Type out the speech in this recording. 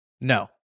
No